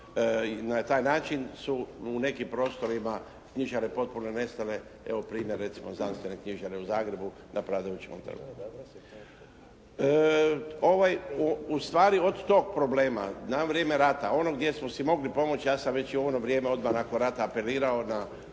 na taj način su u nekim prostorima knjižare potpuno nestale, evo primjer recimo znanstvene knjižare u Zagrebu na Preradovićevom trgu. Ovaj, ustvari od tog problema za vrijeme rata, ono gdje smo si mogli pomoći ja sam već i u ono vrijeme odmah nakon rata apelirao na